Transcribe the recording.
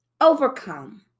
overcome